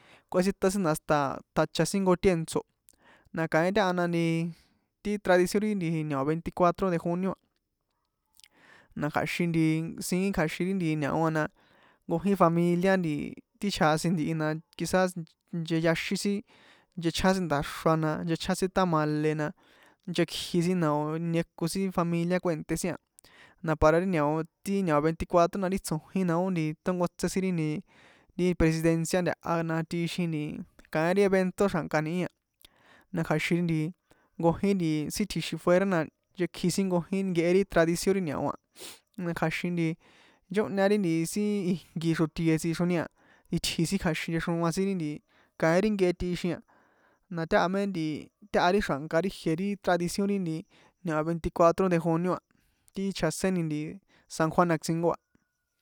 Kuetsitan na hasta tjacha sin ijnko tèntso̱ na kaín taha na nti ti tradición ri nti ñao veinticuatro de junio na kja̱xin nti siín kja̱xin ri nti ñao a na nkojin familia ti chjasin ntihi na quizás ncheyaxín sin nchechján sin nda̱xra na nchechján sin tamale na nchekji sin na o̱ nieko sin familia kuènté sin a na para ri ñao ti ñao veinticuatro ti tso̱jin na ó tonkotse sin ri nti ri presidencia ntaha na tꞌixin kaín ri evento xja̱nka ni̱hi a na kja̱xin nti nkojin nti sin tji̱xin fuera na nchekji sin nkojin nkehe ri tradición ri ñao a na kja̱xin nti nchóhña ri sin ijnko xrotie tsixroni a itji sin kja̱xin nchexroa kaín ri nkehe tixin a na táha mé nti táha ri xra̱̱nka ri ijie ri tradición ri ñao veinticuatro de junio a ti chjaséni nti san juan atzingo a.